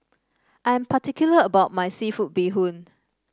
I am particular about my seafood Bee Hoon